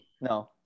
No